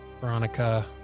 Veronica